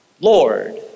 Lord